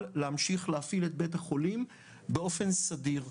להמשיך להפעיל את בית החולים באופן סדיר.